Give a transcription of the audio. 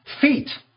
feet